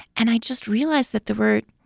and i just realized that the word.